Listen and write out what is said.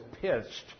pitched